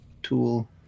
Tool